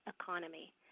economy